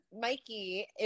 Mikey